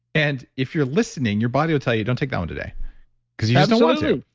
and if you're listening, your body will tell you don't take that one today because you just don't want to.